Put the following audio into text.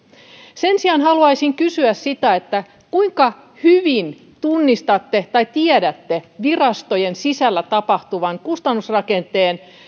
sen sijaan haluaisin kysyä kuinka hyvin tunnistatte tai tiedätte virastojen sisällä tapahtuvan kustannusrakenteen